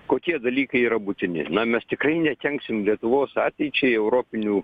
kokie dalykai yra būtini na mes tikrai nekenksim lietuvos ateičiai europinių